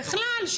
בכלל,